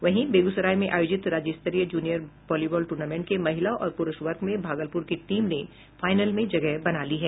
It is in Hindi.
वहीं बेग्सराय में आयोजित राज्यस्तरीय जूनियर वॉलीबॉल टूर्नामेंट के महिला और प्रूरष वर्ग में भागलप्र की टीम ने फाइनल में जगह बना ली है